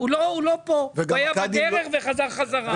הקידום בשכר נגזר מהוותק,